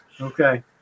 Okay